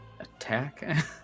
attack